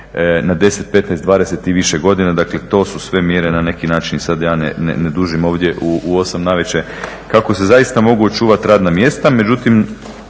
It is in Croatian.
na 10,. 15, 20 i više godina. Dakle, to su sve mjere na neki način i sada da je ne dužim ovdje u 8 navečer, kako se zaista mogu očuvati radna mjesta.